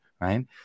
right